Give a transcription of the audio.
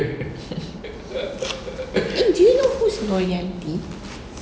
eh do you know who's nuryanti